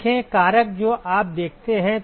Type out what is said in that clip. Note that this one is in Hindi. देखें कारक जो आप देखते हैं